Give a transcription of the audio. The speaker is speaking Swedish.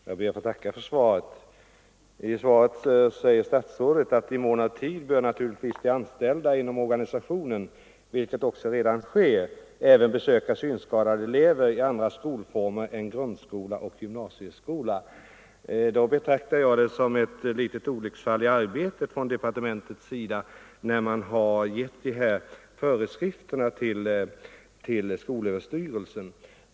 analfabeter Fru talman! Jag ber att få tacka för svaret. I svaret säger fru statsrådet: ”I mån av tid bör naturligtvis de anställda inom organisationen — vilket också redan sker — även besöka synskadade elever i andra skolformer än grundskola och gymnasieskola.” Då betraktar jag det som ett litet olycksfall i arbetet från departementets sida att man har givit de här föreskrifterna till skolöverstyrelsen.